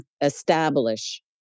establish